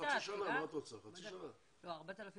4,500